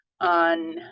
On